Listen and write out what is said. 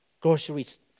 groceries